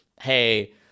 hey